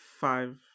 five